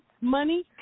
money